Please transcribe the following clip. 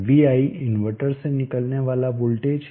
vi inverter से निकलने वाला वोल्टेज है